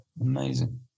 amazing